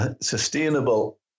Sustainable